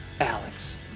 Alex